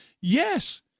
yes